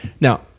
Now